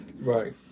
Right